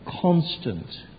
constant